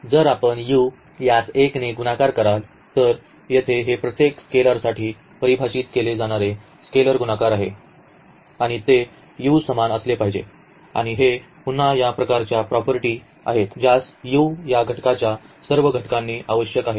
तर जर आपण u यास 1 ने गुणाकार कराल तर येथे हे प्रत्येक स्केलर साठी परिभाषित केले जाणारे स्केलर गुणाकार आहे आणि ते u समान असले पाहिजे आणि हे पुन्हा या प्रकारच्या प्रॉपर्टीचे आहे ज्यास u या घटकांच्या सर्व घटकांनी आवश्यक आहे